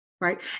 Right